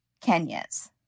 Kenya's